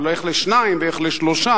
אבל איך לשניים ואיך לשלושה?